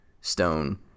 stone